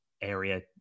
area